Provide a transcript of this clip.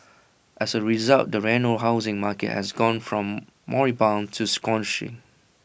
as A result the Reno housing market has gone from moribund to scorching